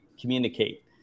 communicate